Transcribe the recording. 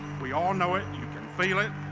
we all know it. you can feel it.